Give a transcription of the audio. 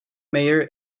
mayor